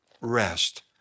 rest